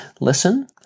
Listen